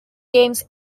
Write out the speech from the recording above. games